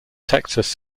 texas